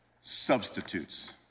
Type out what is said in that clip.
substitutes